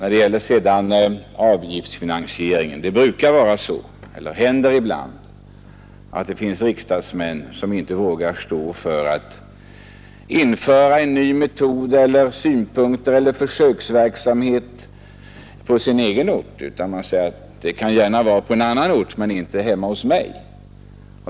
När det gäller avgiftsfinansieringen så händer det ibland att det finns riksdagsmän som inte vågar stå för att införa en ny metod eller synpunkt eller försöksverksamhet på sin egen ort. Man säger: Det kan gärna vara på en annan ort, men inte hemma hos mig.